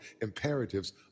imperatives